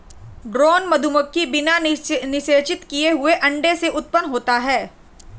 drone मधुमक्खी बिना निषेचित किए हुए अंडे से उत्पन्न होता है